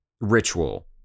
ritual